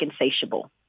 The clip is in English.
insatiable